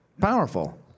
Powerful